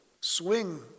swing